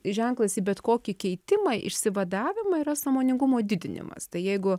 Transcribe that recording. ženklas į bet kokį keitimą išsivadavimą yra sąmoningumo didinimas tai jeigu